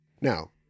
Now